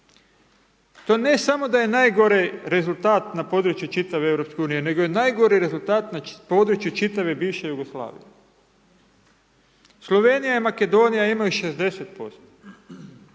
To ne samo da je najgori rezultat na području čitave EU, nego je najgori rezultat na području čitave bivše Jugoslavije. Slovenija, Makedonija imaju 60%,